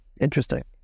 Interesting